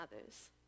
others